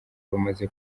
bamaze